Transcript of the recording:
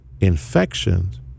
infections